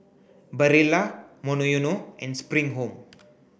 Barilla Monoyono and Spring Home